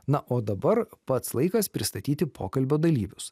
na o dabar pats laikas pristatyti pokalbio dalyvius